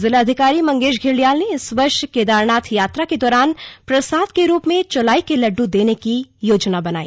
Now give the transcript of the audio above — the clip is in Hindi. जिलाधिकारी मंगेश घिल्डियाल ने इस वर्ष केदारनाथ यात्रा के दौरान प्रसाद के रूप में चौलाई के लड्ड देने की योजना बनाई